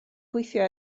gweithio